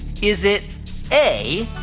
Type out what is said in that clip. is it a,